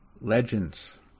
Legends